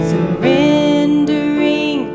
Surrendering